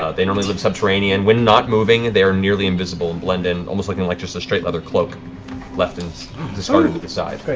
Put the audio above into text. ah they normally live subterranean. when not moving, they are nearly invisible and blend in, almost like and like a a so straight leather cloak left and discarded to the side,